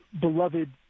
beloved